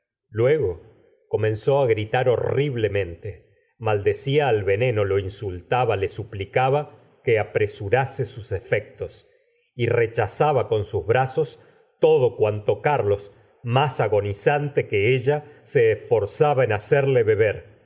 luego comenzó á gritar horriblemente maldecía al veneno lo insultaba le suplicaba que apresurase sus efectos y rechazaba con sus brazos todo cuanto carlos más agonizante que ella se esforzaba en hacerle beber